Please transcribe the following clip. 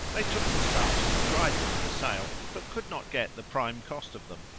they took the stuffs and cried them for sale, but could not get the prime cost of them.